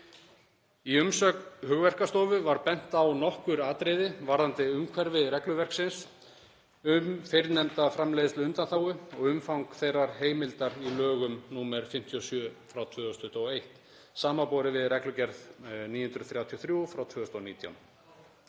Í umsögn Hugverkastofu var bent á nokkur atriði varðandi umhverfi regluverksins um fyrrnefnda framleiðsluundanþágu og umfang þeirrar heimildar í lögum nr. 57/2021 samanborið við reglugerð 2019/933.